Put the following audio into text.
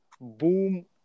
boom